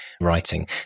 writing